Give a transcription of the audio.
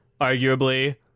arguably